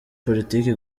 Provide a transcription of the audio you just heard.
politiki